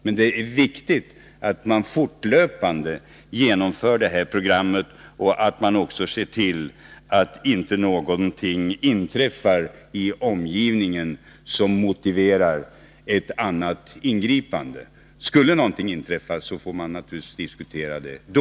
Men det är viktigt att man fortlöpande genomför programmet och även ser till att inte någonting inträffar i omgivningen som motiverar ett annat ingripande. Skulle någonting uppdagas genom kontrollprogrammet får man naturligtvis diskutera det då.